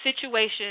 situation